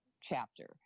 chapter